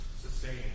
Sustaining